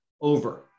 over